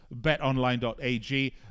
betonline.ag